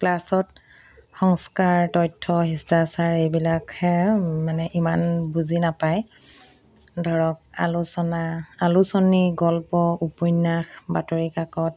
ক্লাছত সংস্কাৰ তথ্য শিষ্টাচাৰ এইবিলাকহে মানে ইমান বুজি নাপায় ধৰক আলোচনা আলোচনী গল্প উপন্যাস বাতৰিকাকত